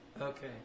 Okay